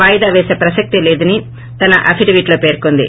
వాయిదా పేస ప్రసక్తే లేదని తన అఫిడవిట్లో పర్చొంది